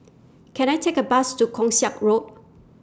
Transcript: Can I Take A Bus to Keong Saik Road